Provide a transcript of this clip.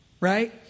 right